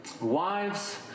Wives